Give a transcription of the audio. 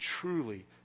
truly